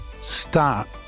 Start